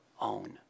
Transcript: own